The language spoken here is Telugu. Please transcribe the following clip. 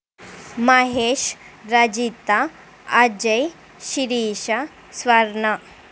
మహేష్ రజిత అజయ్ శిరీష స్వర్ణ